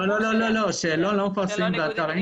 לא לא, שאלון לא מפרסמים באתר האינטרנט.